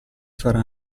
farà